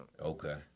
Okay